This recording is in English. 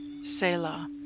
Selah